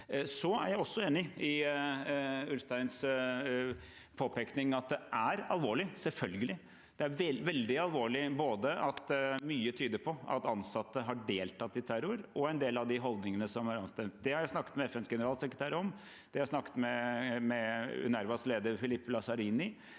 Jeg er også enig i Ulsteins påpekning av at det er alvorlig – selvfølgelig. Både det at mye tyder på at ansatte har deltatt i terror, og en del av de holdningene som er anført, er veldig alvorlig. Det har jeg snakket med FNs generalsekretær om, det har jeg snakket med UNRWAs leder, Philippe Lazzarini,